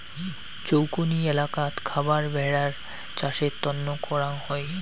চৌকনি এলাকাত খাবার ভেড়ার চাষের তন্ন করাং হই